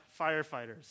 firefighters